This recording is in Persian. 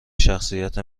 شخصیت